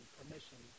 permission